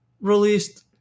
released